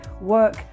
work